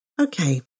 Okay